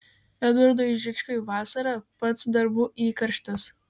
edvardui žičkui vasara pats darbų įkarštis